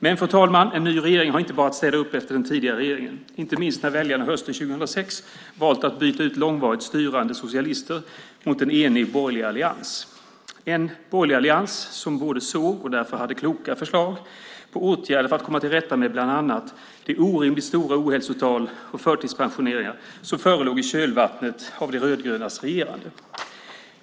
Fru talman! En ny regering har inte bara att städa upp efter den tidigare regeringen. Det gällde inte minst när väljarna hösten 2006 valt att byta ut långvarigt styrande socialister mot en enig borgerlig allians som hade kloka förslag på åtgärder för att komma till rätta med bland annat de orimligt stora ohälsotal och förtidspensioneringar som förelåg i kölvattnet av de rödgrönas regerande.